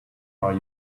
are